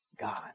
God